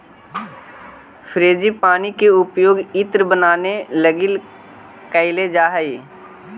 frangipani के उपयोग इत्र बनावे लगी कैइल जा हई